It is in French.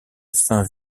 saint